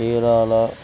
Chirala